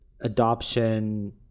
adoption